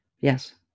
Yes